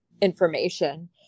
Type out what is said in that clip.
information